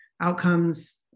outcomes